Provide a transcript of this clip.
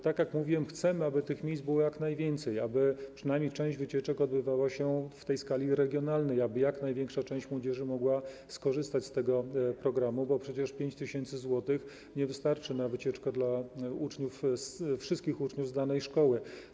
Tak jak mówiłem, chcemy, aby tych miejsc było jak najwięcej, aby przynajmniej część wycieczek odbywała się w skali regionalnej, aby jak największa część młodzieży mogła skorzystać z tego programu, bo przecież 5 tys. zł nie wystarczy na wycieczkę dla wszystkich uczniów z danej szkoły.